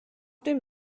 dem